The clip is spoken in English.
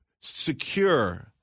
Secure